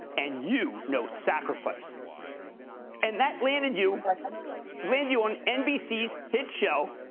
and you know sacrifice and that landed you but landed you on nbc's hit show,